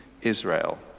israel